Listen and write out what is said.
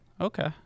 okay